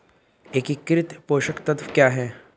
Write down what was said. एकीकृत पोषक तत्व क्या है?